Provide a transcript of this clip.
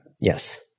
Yes